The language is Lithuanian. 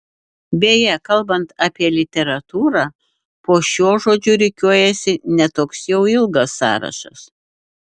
beje kalbant apie literatūrą po šiuo žodžiu rikiuojasi ne toks jau ilgas sąrašas